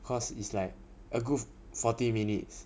cause it's like a good forty minutes